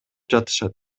жатышат